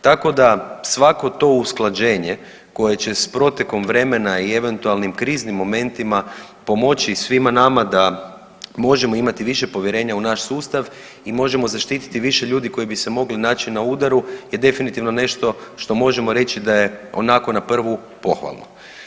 Tako da svako to usklađenje koje će s protekom vremena i eventualnim kriznim momentima pomoći i svima nama da možemo imati više povjerenja u naš sustav i možemo zaštititi više ljudi koji bi se mogli naći na udaru je definitivno nešto što možemo reći da je onako na prvu pohvalno.